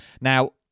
Now